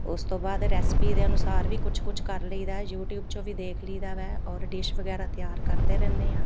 ਉਸ ਤੋਂ ਬਾਅਦ ਰੈਸਪੀ ਦੇ ਅਨੁਸਾਰ ਵੀ ਕੁਛ ਕੁਛ ਕਰ ਲਈਦਾ ਯੂਟਿਊਬ 'ਚੋਂ ਵੀ ਦੇਖ ਲਈਦਾ ਵੈ ਔਰ ਡਿਸ਼ ਵਗੈਰਾ ਤਿਆਰ ਕਰਦੇ ਰਹਿੰਦੇ ਹਾਂ